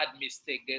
mistake